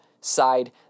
side